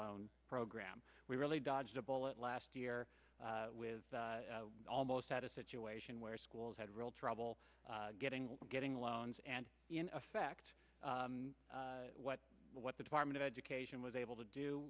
loan program we really dodged a bullet last year with almost had a situation where schools had real trouble getting getting loans and in effect what what the department of education was able to do